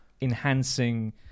enhancing